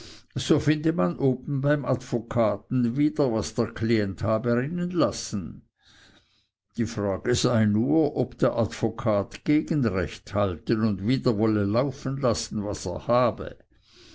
so finde man oben beim advokaten wieder was der klient habe rinnen lassen die frage sei nur ob der advokat gegenrecht halten und wieder wolle laufen lassen was er habe